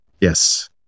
Yes